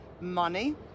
money